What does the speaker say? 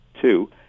Two